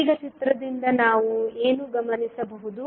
ಈಗ ಚಿತ್ರದಿಂದ ನಾವು ಏನು ಗಮನಿಸಬಹುದು